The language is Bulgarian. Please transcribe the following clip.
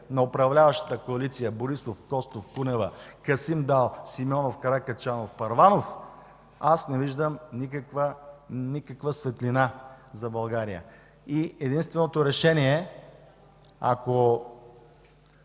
на управляващата коалиция: Борисов – Костов – Кунева – Касим Дал – Симеонов – Каракачанов – Първанов, не виждам никаква светлина за България. Единственото решение е